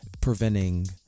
preventing